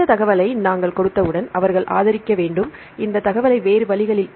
இந்த தகவலை நாங்கள் கொடுத்தவுடன் அவர்கள் ஆதரிக்க வேண்டும் இந்த தகவலை வேறு வழிகளில்